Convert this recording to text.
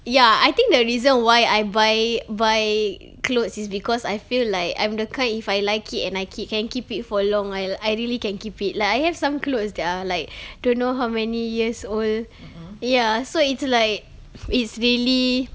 ya I think the reason why I buy buy clothes is because I feel like I'm the kind if I like it and I ke~ can keep it for long I I really can keep it like I have some clothes there like don't know how many years old ya so it's like it's really